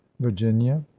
Virginia